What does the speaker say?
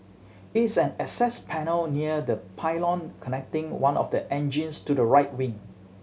it is an access panel near the pylon connecting one of the engines to the right wing